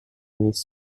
mais